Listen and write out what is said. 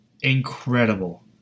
incredible